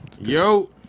Yo